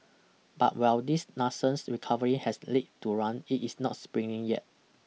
but while this nascent recovery has leg to run it is not sprinting yet